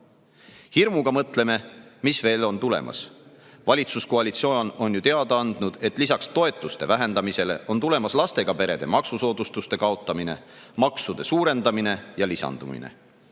Hirmuga mõtleme, mis veel on tulemas. Valitsuskoalitsioon on ju teada andnud, et lisaks toetuste vähendamisele on tulemas lastega perede maksusoodustuste kaotamine, maksude suurendamine ja lisandumine.